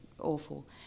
awful